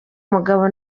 mugabo